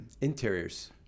Interiors